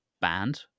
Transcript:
band